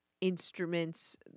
instruments